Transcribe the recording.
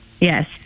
Yes